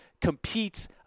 competes